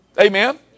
Amen